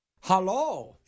Hello